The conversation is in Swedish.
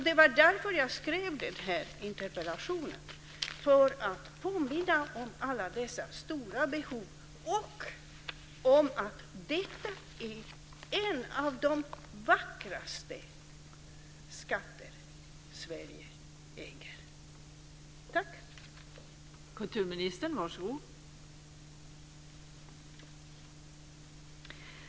Det var därför jag skrev den här interpellationen, för att påminna om alla dessa stora behov och om att detta är en av de vackraste skatterna Sverige äger!